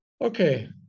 Okay